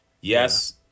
yes